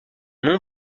nom